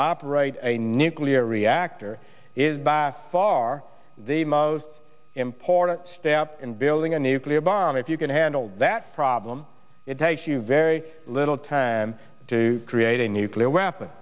operate a nuclear reactor is by far the most important step in building a nuclear bomb if you can handle that problem it takes you very little time to create a nuclear weapon